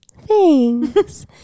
Thanks